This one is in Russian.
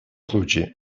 случае